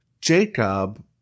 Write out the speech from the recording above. Jacob